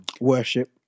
worship